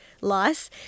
lice